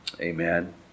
Amen